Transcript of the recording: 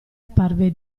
apparve